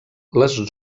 les